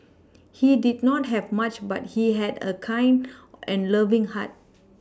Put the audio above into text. he did not have much but he had a kind and loving heart